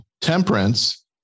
Temperance